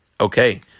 Okay